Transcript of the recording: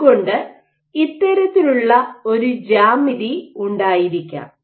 അതുകൊണ്ട് ഇത്തരത്തിലുള്ള ഒരു ജ്യാമിതി ഉണ്ടായിരിക്കാം